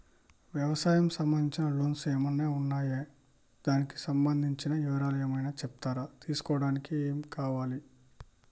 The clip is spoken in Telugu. వ్యవసాయం సంబంధించిన లోన్స్ ఏమేమి ఉన్నాయి దానికి సంబంధించిన వివరాలు ఏమైనా చెప్తారా తీసుకోవడానికి ఏమేం కావాలి?